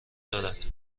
دارد